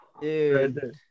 dude